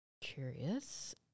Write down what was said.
curious